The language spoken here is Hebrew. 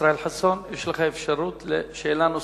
ישראל חסון, יש לך אפשרות לשאלה נוספת.